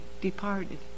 departed